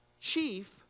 chief